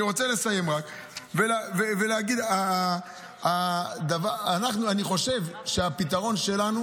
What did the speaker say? אני רוצה לסיים ולהגיד שאני חושב שהפתרון שלנו,